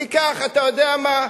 ניקח, אתה יודע מה,